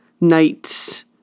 night